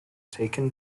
taken